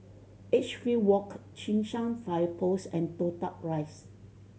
Edgefield Walk Cheng San Fire Post and Toh Tuck Rise